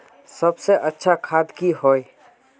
सबसे अच्छा खाद की होय?